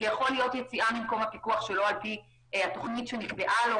זה יכול להיות יציאה ממקום הפיקוח שלא על פי התכנית שנקבעה לו,